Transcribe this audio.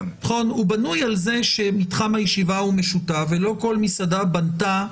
הוא בנוי על זה שמתחם הישיבה משותף ולא כל מסעדה בנתה